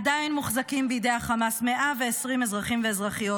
עדיין מוחזקים בידי החמאס 120 אזרחים ואזרחיות,